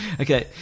Okay